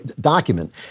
document